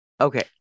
Okay